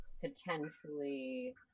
potentially